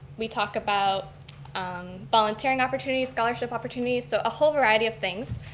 we talk about volunteering opportunities, scholarship opportunities. so a whole variety of things.